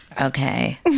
okay